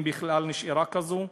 אם בכלל נשארה כזו,